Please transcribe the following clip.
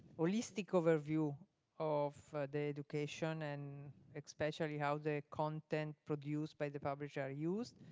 holistic overview of the education and especially how the content produced by the publisher are used.